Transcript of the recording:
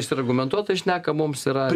jis argumentuotai šneka mums yra